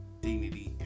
dignity